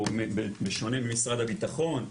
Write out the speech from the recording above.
או בשונה ממשרד הביטחון,